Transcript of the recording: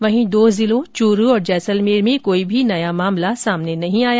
वहीं दो जिलों चूरू और जैसलमेर में कोई भी नया मामला सामने नहीं आया